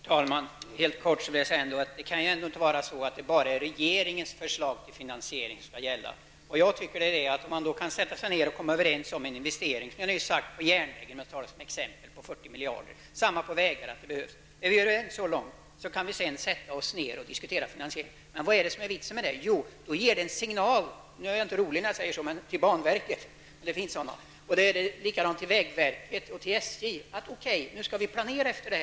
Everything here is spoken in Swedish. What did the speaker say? Herr talman! Helt kort vill jag säga att det ändå inte kan vara så att det bara är regeringens förslag till finansiering som skall gälla. Kan man sätta sig ned och komma överens om en investering, t.ex. 40 miljarder kronor till järnvägen -- det behövs också anslag till vägarna --, kan vi sedan diskutera finansieringen. Vad är vitsen med detta? Jo, det ger en signal till banverket -- jag är inte rolig när jag säger detta --, vägverket och SJ om att det skall planeras på den grunden.